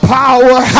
power